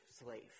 slave